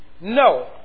No